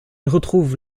retrouve